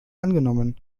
angenommen